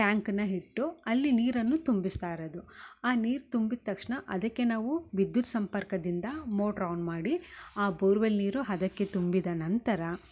ಟ್ಯಾಂಕನ್ನ ಇಟ್ಟು ಅಲ್ಲಿ ನೀರನ್ನು ತುಂಬಿಸ್ತಾ ಇರೋದು ಆ ನೀರು ತುಂಬಿದ ತಕ್ಷಣ ಅದಕ್ಕೆ ನಾವು ವಿದ್ಯುತ್ ಸಂಪರ್ಕದಿಂದ ಮೋಟ್ರ್ ಆನ್ ಮಾಡಿ ಆ ಬೋರ್ವೆಲ್ ನೀರು ಅದಕ್ಕೆ ತುಂಬಿದ ನಂತರ